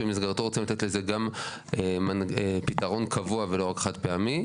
שמסגרתו רוצים לתת לזה גם פתרון קבוע ולא רק חד פעמי.